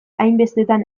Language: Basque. hainbestetan